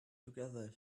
together